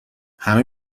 همه